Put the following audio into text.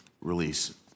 release